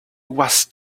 was